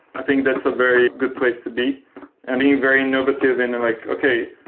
i think that's a very good place to be and being very innovative and and like, okay,